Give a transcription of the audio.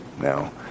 Now